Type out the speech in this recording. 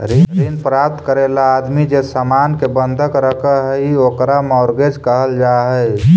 ऋण प्राप्त करे ला आदमी जे सामान के बंधक रखऽ हई ओकरा मॉर्गेज कहल जा हई